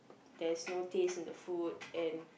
there's no taste in the food and